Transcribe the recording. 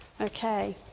Okay